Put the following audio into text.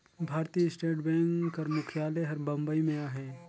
भारतीय state bank कर मुख्यालय हर बंबई में अहे